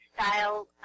style